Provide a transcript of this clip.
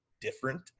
different